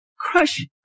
Crush